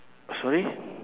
sorry